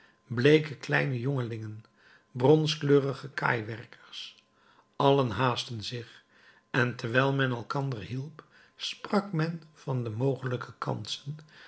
bleeke kleine jongelingen bronskleurige kaaiwerkers allen haastten zich en terwijl men elkander hielp sprak men van de mogelijke kansen